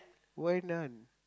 why none